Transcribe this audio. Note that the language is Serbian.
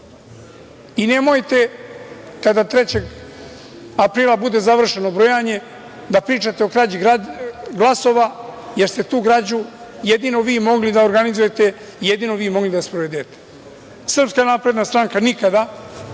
Nemojte kada 3. aprila bude završeno brojanje da pričate o krađi glasova, jer ste tu krađu jedino vi mogli da organizujete, jedino vi mogli da sprovedete. Srpska napredna stranka nikada,